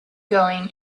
going